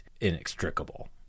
inextricable